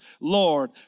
Lord